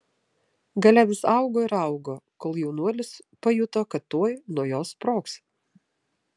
galia vis augo ir augo kol jaunuolis pajuto kad tuoj nuo jos sprogs